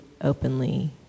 openly